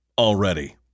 already